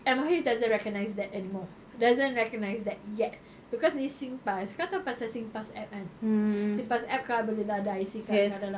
M_O_H doesn't recognise that anymore doesn't recognise that yet because this singpass kau tahu pasal singpass app kan singpass app kau boleh dah ada I_C kat sebelah dalam